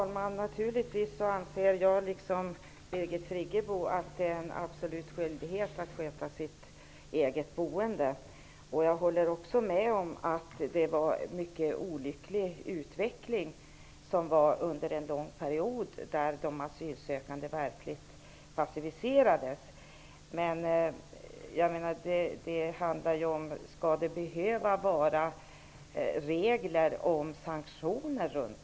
Herr talman! Jag anser naturligtvis, liksom Birgit Friggebo, att det är en absolut skyldighet att sköta sitt eget boende. Jag håller också med om att utvecklingen var olycklig under en lång period, då de asylsökande verkligen passiviserades. Men frågan är om det skall behövas regler om sanktioner.